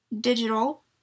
digital